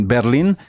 Berlin